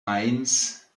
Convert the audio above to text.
eins